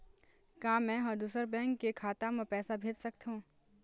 का मैं ह दूसर बैंक के खाता म पैसा भेज सकथों?